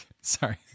Sorry